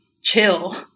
chill